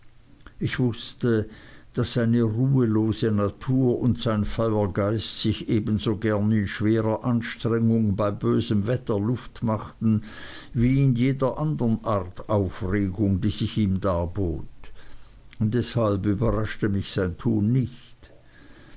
ich wußte daß seine ruhelose natur und sein feuergeist sich ebenso gern in schwerer anstrengung bei bösem wetter luft machten wie in jeder andern art aufregung die sich ihm darbot deshalb überraschte mich sein tun nicht